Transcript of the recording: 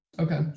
Okay